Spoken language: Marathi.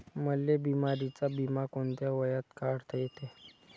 मले बिमारीचा बिमा कोंत्या वयात काढता येते?